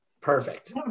Perfect